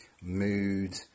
mood